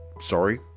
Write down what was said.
sorry